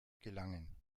gelangen